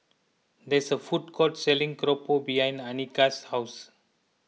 there is a food court selling Keropok behind Anika's house